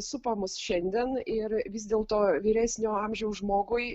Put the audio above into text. supa mus šiandien ir vis dėlto vyresnio amžiaus žmogui